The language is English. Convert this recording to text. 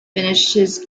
finishes